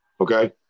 Okay